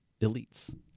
elites